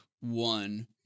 one